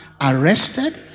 arrested